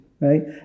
Right